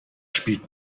spielt